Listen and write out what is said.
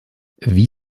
wie